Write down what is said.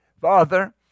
Father